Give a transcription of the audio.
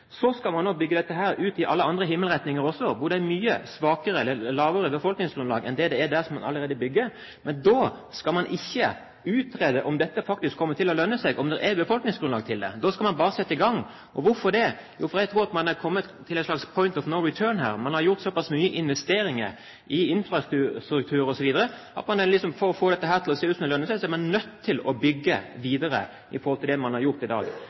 Så skal man nå bygge dette ut i alle andre himmelretninger også, hvor det er mye mindre befolkningsgrunnlag enn det er der man allerede bygger. Men da skal man ikke utrede om dette faktisk kommer til å lønne seg – om det er befolkningsgrunnlag for det. Da skal man bare sette i gang. Hvorfor det? Jo, fordi man, tror jeg, er kommet til et slags «point of no return». Man har gjort såpass mange investeringer i infrastruktur osv. at man for å få det til å se ut som om det lønner seg, er nødt til å bygge videre på det man har gjort til i dag.